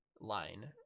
line